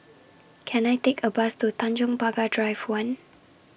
Can I Take A Bus to Tanjong Pagar Drive one